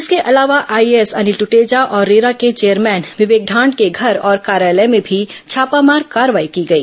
इसके अलावा आईएएस अनिल दृटेजा और रेरा के चेयरमैन विवेक ढांड के घर और कार्यालय में भी छापामार कार्रवाई की गई